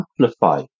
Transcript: amplify